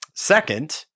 Second